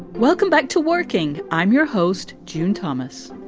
welcome back to working. i'm your host. june thomas.